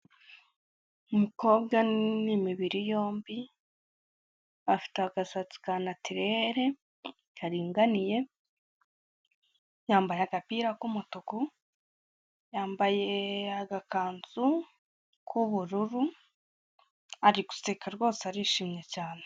Umukobwa w'imibiri yombi afite agasatsi ka natirere karinganiye, yambaye agapira k'umutuku, yambaye agakanzu k'ubururu ari guseka rwose arishimye cyane.